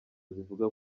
zivuga